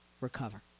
recover